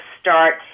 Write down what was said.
start